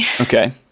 okay